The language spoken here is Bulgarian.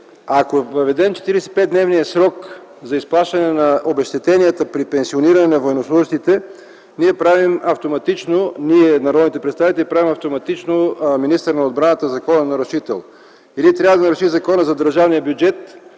ако въведем 45-дневния срок за изплащане на обезщетенията при пенсиониране на военнослужещите, ние, народните представители, правим автоматично министъра на отбраната закононарушител – или трябва да наруши Закона за държавния бюджет,